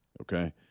okay